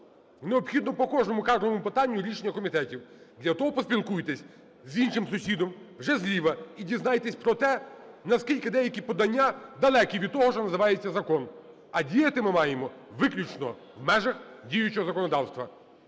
необхідно по кожному кадровому питанню рішення комітетів. Для того поспілкуйтесь з іншими сусідом вже зліва, і дізнайтесь про те, наскільки деякі подання далекі від того, що називається закон. А діяти ми маємо виключно в межах діючого законодавства.